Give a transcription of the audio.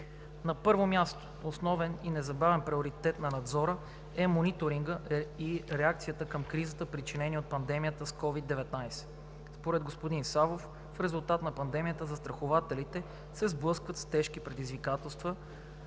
На първо място, основен и незабавен приоритет на надзора е мониторингът и реакцията към кризата, причинена от пандемията с COVID-19. Според господин Савов в резултат на пандемията застрахователите се сблъскват с тежки предизвикателства